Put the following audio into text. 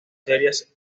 series